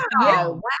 Wow